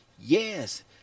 yes